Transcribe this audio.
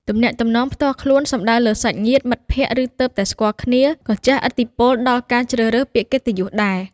ទំនាក់ទំនងផ្ទាល់ខ្លួនសំដៅលើ សាច់ញាតិ មិត្តភក្តិ ឬទើបតែស្គាល់គ្នា ក៏ជះឥទ្ធិពលដល់ការជ្រើសរើសពាក្យកិត្តិយសដែរ។